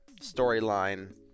storyline